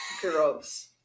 Gross